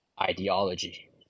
ideology